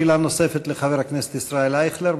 שאלה נוספת לחבר הכנסת ישראל אייכלר,